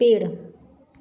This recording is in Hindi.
पेड़